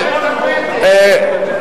פתק.